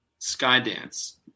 Skydance